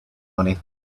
money